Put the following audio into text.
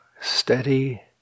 steady